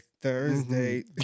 Thursday